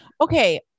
okay